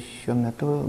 šiuo metu